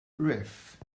reef